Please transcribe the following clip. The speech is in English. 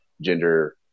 gender